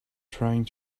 trying